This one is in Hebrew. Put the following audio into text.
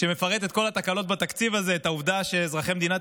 שמפרט את כל התקלות בתקציב הזה: את העובדה שאזרחי מדינת